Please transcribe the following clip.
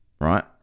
right